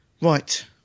Right